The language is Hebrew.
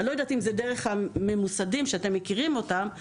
אני לא יודעת אם זה דרך הממוסדים שאתם מכירים אותם,